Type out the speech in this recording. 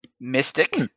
mystic